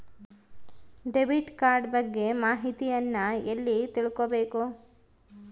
Debit card ಬಗ್ಗೆ ಮಾಹಿತಿಯನ್ನ ಎಲ್ಲಿ ತಿಳ್ಕೊಬೇಕು?